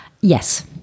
Yes